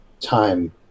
time